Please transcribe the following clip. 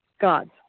gods